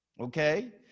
Okay